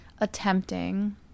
attempting